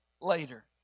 later